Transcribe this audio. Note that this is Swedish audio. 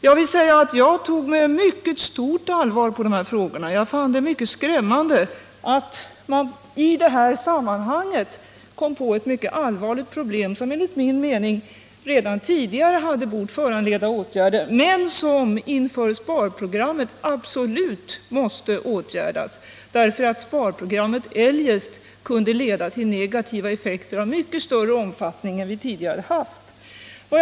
Jag såg för min del med mycket stort allvar på dessa frågor. Men jag fann också hos några en inställning till detta mycket allvarliga problem som var skrämmande. Problemet hade enligt min mening redan tidigare bort föranleda åtgärder. Men inför sparprogrammet var det absolut nödvändigt att gripa sig an det, eftersom sparprogrammet eljest kunde få negativa effekter av mycket större omfattning än vad som tidigare hade förekommit.